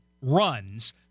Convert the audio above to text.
runs